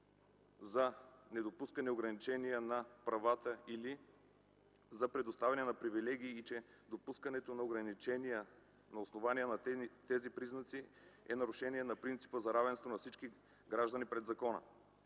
за недопускане ограничения на правата или за предоставяне на привилегии, и че допускането на ограничения на основание на тези признаци е нарушение на принципа за равенство на всички граждани пред закона.